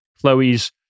chloe's